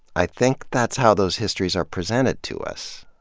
i think that's how those histories are presented to us,